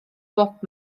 bob